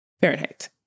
Fahrenheit